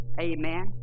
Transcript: Amen